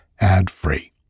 ad-free